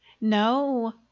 No